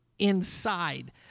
Inside